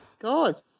God